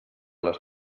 les